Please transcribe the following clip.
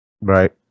right